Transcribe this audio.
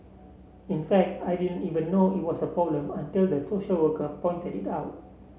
in fact I didn't even know it was a problem until the social worker pointed it out